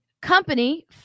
company